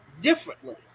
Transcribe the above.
differently